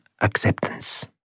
acceptance